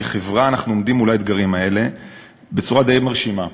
וכחברה אנחנו עומדים מול האתגרים האלה בצורה די מרשימה.